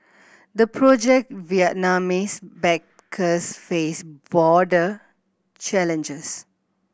the project Vietnamese backers face broader challenges